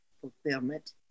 fulfillment